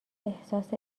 احساس